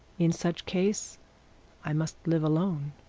in such case i must live alone